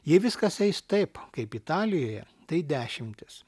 jei viskas eis taip kaip italijoje tai dešimtys